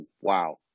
wow